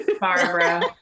Barbara